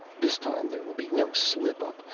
this time there will be no slip-up.